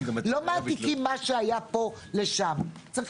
לא מעתיקים מה שהיה פה לשם אלא צריך